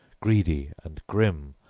greedy and grim,